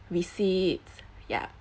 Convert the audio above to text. receipts yeah